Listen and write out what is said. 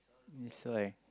it's like